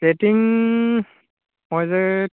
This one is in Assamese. ৰেটিং মই যে